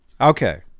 Okay